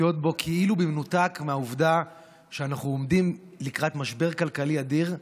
מופיעות בו כאילו במנותק מהעובדה שאנחנו עומדים לקראת משבר כלכלי אדיר,